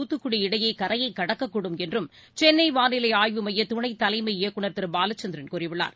தூத்துக்குடி இடையேகரையைகடக்க்கூடும் என்றும் சென்னைவானிலைஆய்வு மையத்தின் துணைதலைமை இயக்குநர் திருபாலசந்திரன் கூறியுள்ளார்